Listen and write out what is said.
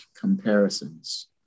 comparisons